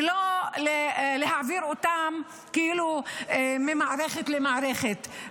ולא להעביר אותם כאילו ממערכת למערכת.